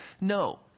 No